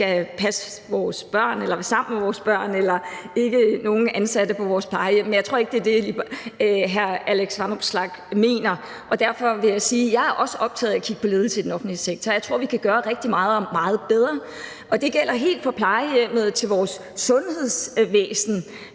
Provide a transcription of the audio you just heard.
skal passe eller være sammen med vores børn, og jeg ser heller ikke nogen ansatte på vores plejehjem. Men jeg tror ikke, at det er det, hr. Alex Vanopslagh mener. Derfor vil jeg sige, at jeg også er optaget af at kigge på ledelse i den offentlige sektor, og jeg tror, at vi kan gøre rigtig meget og gøre det meget bedre, og det gælder helt lige fra plejehjemmet og til vores sundhedsvæsen